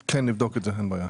כן, נבדוק את זה אין בעיה.